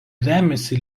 remiasi